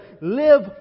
Live